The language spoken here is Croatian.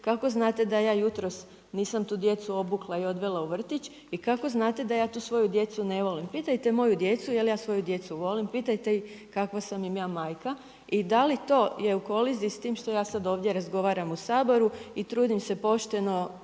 kako znate da ja jutros nisam tu djecu obukla i odvela u vrtić i kako znate da ja tu svoju djecu ne volim? Pitajte moju djecu je li ja svoju djecu volim, pitajte ih kakva sam im ja majka, i da li to je u koaliziji s tim što ja sad ovdje razgovaram u Saboru i trudim se pošteno